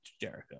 jericho